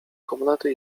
komnaty